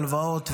הלוואות וכו'.